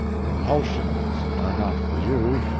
compulsions are not for you,